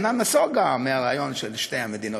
אינה נסוגה מהרעיון של שתי המדינות.